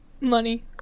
Money